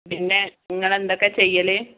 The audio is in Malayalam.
പിന്നെ നിങ്ങളെന്തൊക്കെ ചെയ്യൽ